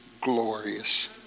glorious